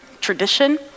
tradition